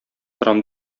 торам